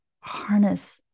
harness